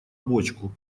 бочку